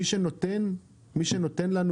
מי שנותן לנו,